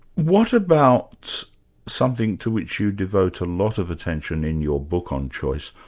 what about something to which you devote a lot of attention in your book on choice,